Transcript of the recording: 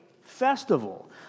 festival